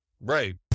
right